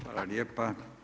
Hvala lijepa.